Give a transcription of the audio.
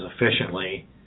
efficiently